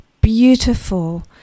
beautiful